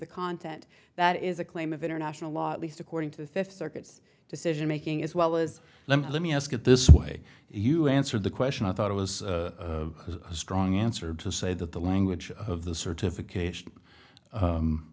the content that is a claim of international law at least according to the fifth circuit decision making as well was let me let me ask it this way you answered the question i thought it was a strong answer to say that the language of the certificat